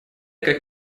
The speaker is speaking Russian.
как